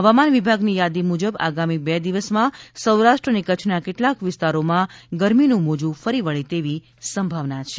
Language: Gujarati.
હવામાન વિભાગની યાદી મુજબ આગામી બે દિવસમાં સૌરાષ્ટ્ર અને કચ્છના કેટલાંક વિસ્તારોમાં ગરમીનું મોજું ફરી વળે તેવી સંભાવના છે